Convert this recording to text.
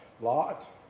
Lot